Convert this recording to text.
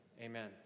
Amen